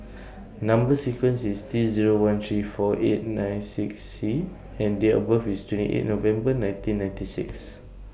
Number sequence IS T Zero one three four eight nine six C and Date of birth IS twenty eight November nineteen ninety six